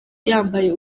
yambaye